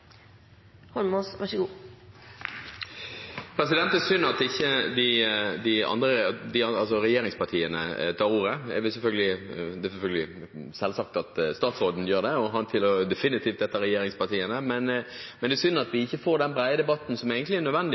synd at ikke representanter fra regjeringspartiene tar ordet. Det er selvsagt at statsråden gjør det, og han tilhører definitivt ett av regjeringspartiene, men det er synd at vi ikke får den brede debatten som egentlig er nødvendig